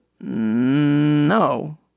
no